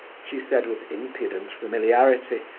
she said, with impudent familiarity,